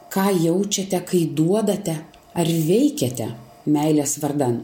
ką jaučiate kai duodate ar veikiate meilės vardan